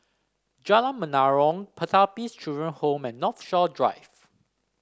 Jalan Menarong Pertapis Children Home and Northshore Drive